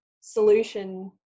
solution